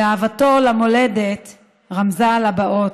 ואהבתו למולדת רמזה על הבאות.